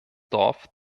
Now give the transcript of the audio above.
dorf